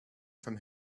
from